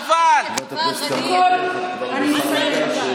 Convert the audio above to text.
חברת הכנסת כמאל מריח,